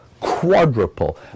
quadruple